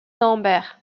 lambert